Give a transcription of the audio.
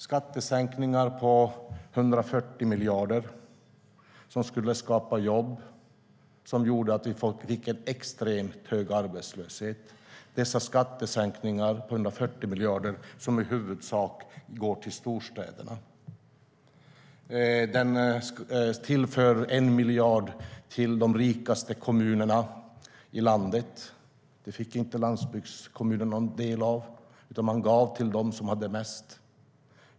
Skattesänkningar på 140 miljarder som skulle skapa jobb gjorde att vi fick en extremt hög arbetslöshet. Dessa skattesänkningar på 140 miljarder går i huvudsak till storstäderna. De rikaste kommunerna i landet tillfördes 1 miljard. Det fick inte landsbygdskommunerna någon del av, utan man gav till dem som hade mest.